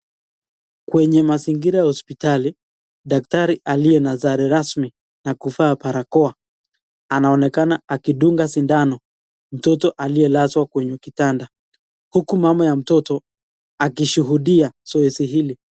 Kwenye mazingira hospitali, daktari aliye na sare rasmi na kuvaa barakoa. Anaonekana akidunga shindano mtoto aliyelazwa kwenye kitanda huku mama ya mtoto akishuhudia zoezi hili.